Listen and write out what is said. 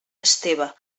esteve